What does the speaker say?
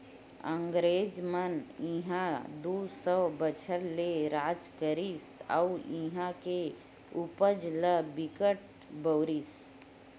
अंगरेज मन इहां दू सौ बछर ले राज करिस अउ इहां के उपज ल बिकट बउरिस